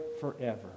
forever